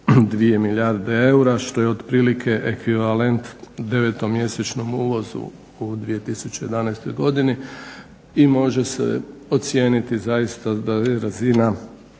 milijarde eura što je otprilike ekvivalent 9-mjesečnom uvozu u 2011. godini i može se ocijeniti zaista da je razina